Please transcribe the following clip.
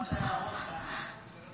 אלופת ההערות, טלי.